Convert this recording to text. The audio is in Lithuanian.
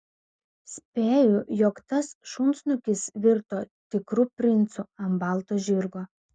spėju jog tas šunsnukis virto tikru princu ant balto žirgo